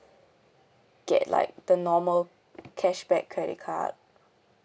get like the normal cashback credit card